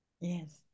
Yes